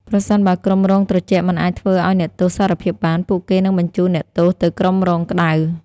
ប្រសិនបើក្រុមរងត្រជាក់មិនអាចធ្វើឱ្យអ្នកទោសសារភាពបាន ពួកគេនឹងបញ្ជូនអ្នកទោសទៅក្រុមរងក្តៅ។